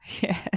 Yes